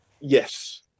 Yes